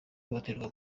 hohoterwa